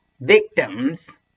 victims